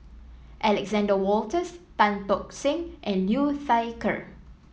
Alexander Wolters Tan Tock Seng and Liu Thai Ker